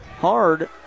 hard